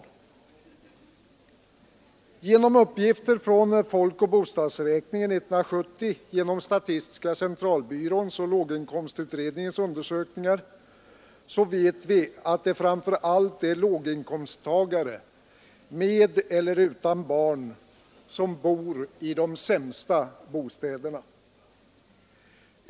Genom uppgifter från folkoch bostadsräkningen 1970 samt genom statistiska centralbyråns och låginkomstutredningens undersökningar vet vi att det framför allt är låginkomsttagare med eller utan barn som bor i de sämsta bostäderna.